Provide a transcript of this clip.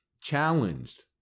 challenged